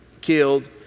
killed